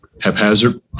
haphazard